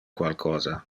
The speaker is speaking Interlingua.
qualcosa